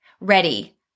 ready